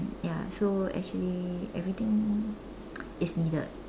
ya so actually everything is needed